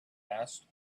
asked